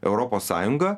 europos sąjungą